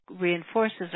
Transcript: reinforces